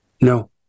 No